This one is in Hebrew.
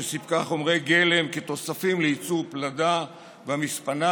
שסיפקה חומרי גלם כתוספים לייצור פלדה במספנה,